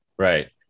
Right